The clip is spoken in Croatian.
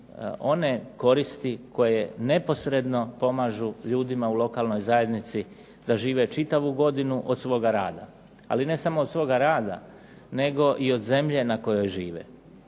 one koristi koje neposredno pomažu ljudima u lokalnoj zajednici da žive čitavu godinu od svoga rada. Ali ne samo od svoga rada, nego i od zemlje na kojoj žive.